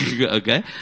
okay